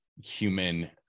human